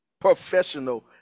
professional